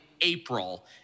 April